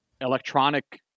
electronic